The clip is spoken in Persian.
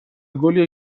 گلیه